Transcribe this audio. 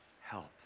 help